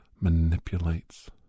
manipulates